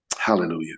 Hallelujah